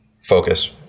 Focus